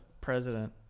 president